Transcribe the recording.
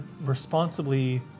responsibly